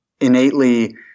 innately